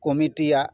ᱠᱚᱢᱤᱴᱤᱭᱟᱜ